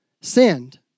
sinned